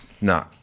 No